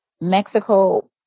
Mexico